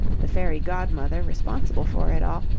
the fairy godmother responsible for it all,